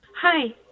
hi